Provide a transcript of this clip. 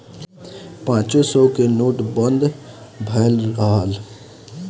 पांचो सौ के नोट बंद भएल रहल